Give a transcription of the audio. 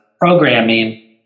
programming